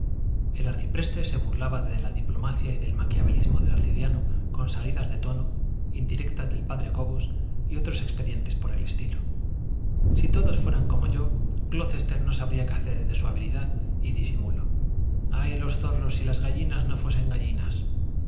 el arcipreste se burlaba de la diplomacia y del maquiavelismo del arcediano con salidas de tono indirectas del padre cobos y otros expedientes por el estilo si todos fueran como yo glocester no sabría qué hacer de su habilidad y disimulo ay de los zorros si las gallinas no fuesen gallinas